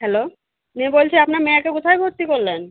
hello মেয়ে বলছে আপনার মেয়েকে কোথায় ভর্তি করলেন